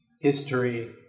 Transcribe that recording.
history